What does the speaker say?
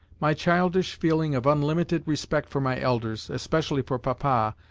my childish feeling of unlimited respect for my elders, especially for papa,